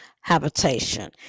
habitation